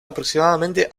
aproximadamente